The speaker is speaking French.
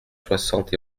soixante